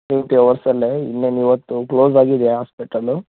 duty ಹವರ್ಸಲ್ಲೇ ಇನ್ನೇನು ಇವತ್ತು ಕ್ಲೋಸ್ ಆಗಿದೆ ಹಾಸ್ಪಿಟಲು